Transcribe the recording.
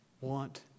want